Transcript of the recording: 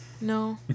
no